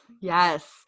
yes